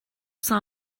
saw